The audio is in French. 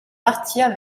partir